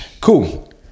Cool